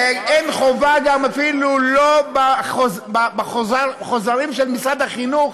ואין חובה גם, אפילו בחוזרים של משרד החינוך